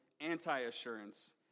anti-assurance